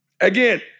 Again